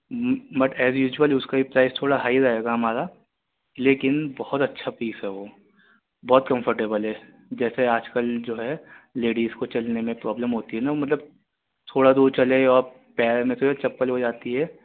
but as usual اس کا بھی پرائس تھوڑا ہائی رہے گا ہمارا لیکن بہت اَچّھا پیس ہے وہ بہت کمفرٹ ایبل ہے جیسے آج کل جو ہے لیڈیز کو چلنے میں پرابلم ہوتی ہے نا مطلب تھوڑا دور چلے اور پیر میں پھر چپل ہو جاتی ہے